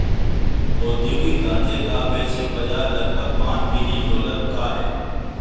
औद्योगिक गांजे का वैश्विक बाजार लगभग पांच बिलियन डॉलर का है